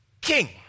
king